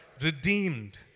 redeemed